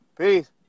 Peace